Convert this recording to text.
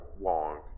long